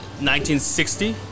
1960